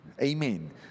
Amen